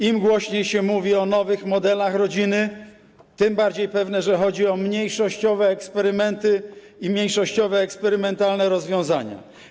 Im głośniej się mówi o nowych modelach rodziny, tym bardziej pewne, że chodzi o mniejszościowe eksperymenty i mniejszościowe, eksperymentalne rozwiązania.